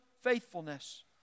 faithfulness